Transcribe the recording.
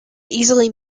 easily